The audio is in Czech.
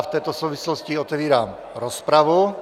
V této souvislosti otevírám rozpravu.